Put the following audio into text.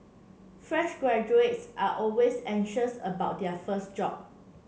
fresh graduates are always anxious about their first job